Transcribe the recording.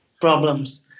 problems